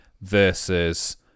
versus